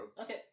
Okay